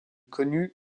connues